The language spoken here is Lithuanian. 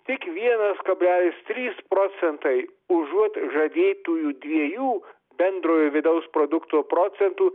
tik vienas kablelis trys procentai užuot žadėtųjų dviejų bendrojo vidaus produkto procentų